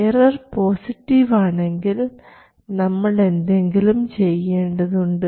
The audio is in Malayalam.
എറർ പോസിറ്റീവ് ആണെങ്കിൽ നമ്മൾ എന്തെങ്കിലും ചെയ്യേണ്ടതുണ്ട്